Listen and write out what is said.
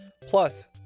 Plus